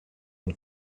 und